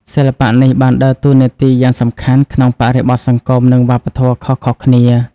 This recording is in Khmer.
សិល្បៈនេះបានដើរតួនាទីយ៉ាងសំខាន់ក្នុងបរិបទសង្គមនិងវប្បធម៌ខុសៗគ្នា។